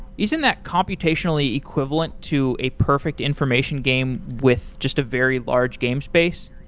isn't that computationally equivalent to a perfect information game with just a very large game space?